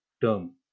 term